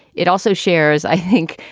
it also shares, i think,